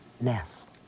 nest